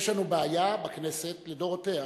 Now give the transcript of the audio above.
יש לנו בעיה בכנסת לדורותיה